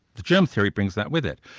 the germ theory brings that with it.